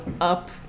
up